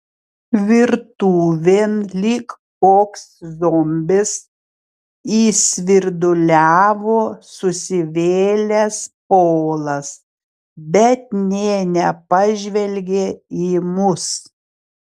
virtuvėn lyg koks zombis įsvirduliavo susivėlęs polas bet nė nepažvelgė į mus